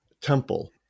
temple